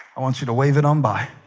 i want you to wave it on by